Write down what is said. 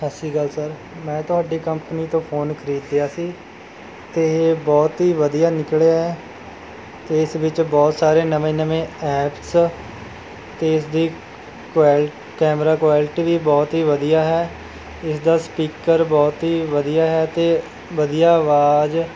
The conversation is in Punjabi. ਸਤਿ ਸ਼੍ਰੀ ਅਕਾਲ ਸਰ ਮੈਂ ਤੁਹਾਡੀ ਕੰਪਨੀ ਤੋਂ ਫ਼ੋਨ ਖਰੀਦਿਆ ਸੀ ਤੇ ਬਹੁਤ ਹੀ ਵਧੀਆ ਨਿਕਲ਼ਿਆ ਅਤੇ ਇਸ ਵਿੱਚ ਬਹੁਤ ਸਾਰੇ ਨਵੇਂ ਨਵੇਂ ਐਪਸ ਅਤੇ ਇਸ ਦੀ ਕੁਇ ਕੈਮਰਾ ਕੁਆਲਿਟੀ ਵੀ ਬਹੁਤ ਹੀ ਵਧੀਆ ਹੈ ਇਸਦਾ ਸਪੀਕਰ ਬਹੁਤ ਹੀ ਵਧੀਆ ਹੈ ਤੇ ਵਧੀਆ ਆਵਾਜ